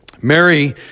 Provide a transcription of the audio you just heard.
Mary